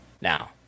Now